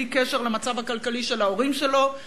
בלי קשר למצב הכלכלי של ההורים שלו,